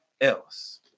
else